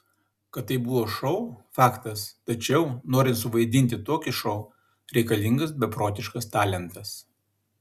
kad tai buvo šou faktas tačiau norint suvaidinti tokį šou reikalingas beprotiškas talentas